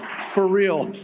for real,